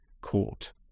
court